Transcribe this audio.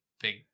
big